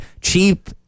cheap